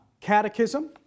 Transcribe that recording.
Catechism